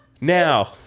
Now